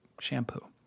shampoo